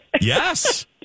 Yes